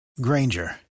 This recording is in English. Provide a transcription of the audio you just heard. granger